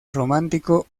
romántico